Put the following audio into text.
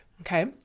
Okay